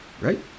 right